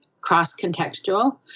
cross-contextual